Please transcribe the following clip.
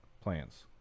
plans